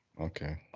Okay